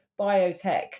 biotech